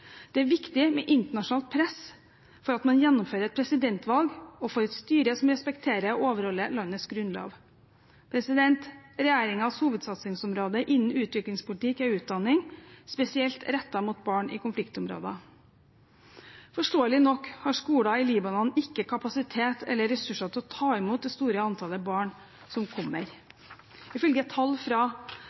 Det er viktig med internasjonalt press for at man gjennomfører et presidentvalg og får et styre som respekterer og overholder landets grunnlov. Regjeringens hovedsatsingsområde innen utviklingspolitikken er utdanning, spesielt rettet mot barn i konfliktområder. Forståelig nok har skoler i Libanon ikke kapasitet eller ressurser til å ta imot det store antallet barn som kommer. Ifølge tall fra